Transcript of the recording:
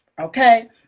Okay